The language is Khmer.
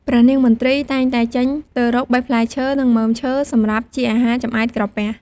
ព្រះនាងមទ្រីតែងតែចេញទៅរកបេះផ្លែឈើ និងមើមឈើសម្រាប់ជាអាហារចម្អែតក្រពះ។